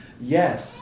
yes